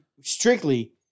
strictly